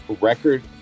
record –